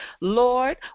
Lord